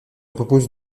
proposent